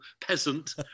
peasant